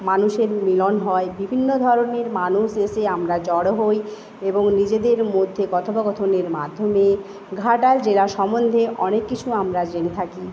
মানুষের মিলন হয় বিভিন্ন ধরনের মানুষ এসে আমরা জড়ো হই এবং নিজেদের মধ্যে কথোপকথনের মাধ্যমে ঘাটাল জেলা সম্বন্ধে অনেক কিছু আমরা জেনে থাকি